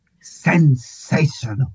sensational